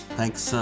thanks